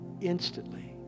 instantly